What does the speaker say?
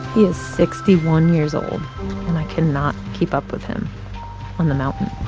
is sixty one years old, and i cannot keep up with him on the mountain